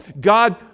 God